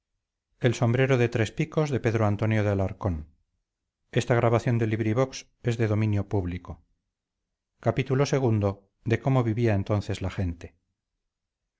del sombrero de tres picos son muchas todavía las